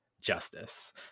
justice